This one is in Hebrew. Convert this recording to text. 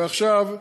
ועכשיו,